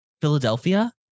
Philadelphia